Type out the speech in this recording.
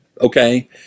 okay